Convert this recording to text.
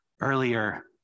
earlier